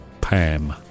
PAM